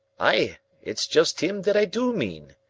aye, it's just him that i do mean.